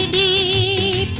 ie